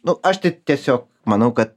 nu aš tik tiesiog manau kad